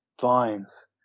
Vines